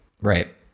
Right